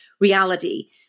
reality